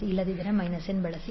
ಇಲ್ಲದಿದ್ದರೆ n ಬಳಸಿ